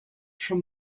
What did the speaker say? from